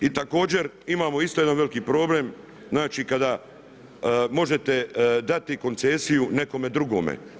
I također, imamo isto jedan veliki problem, znači kada možete dati koncesiju nekome druge.